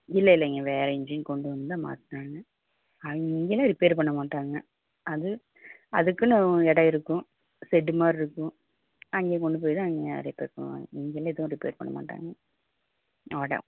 இல்லை இல்லைங்க வேறு இன்ஜின் கொண்டு வந்து தான் மாட்டினாங்க அந்த இன்ஜின் ரிப்பேர் பண்ண மாட்டாங்க அது அதுக்குனு இடம் இருக்கும் செட்டு மாதிரி இருக்கும் அங்கே கொண்டு போய் தான் அங்கே ரிப்பேர் பண்ணுவாங்க இங்கேலாம் எதுவும் ரிப்பேர் பண்ணமாட்டாங்க ஆட